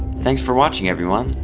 thanks for watching everyone.